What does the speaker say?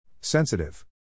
Sensitive